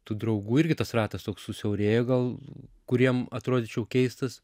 tų draugų irgi tas ratas susiaurėjo gal kuriem atrodyčiau keistas